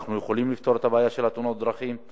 ואנחנו יכולים לפתור את הבעיה של תאונות הדרכים,